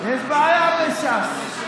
יש בעיה בש"ס.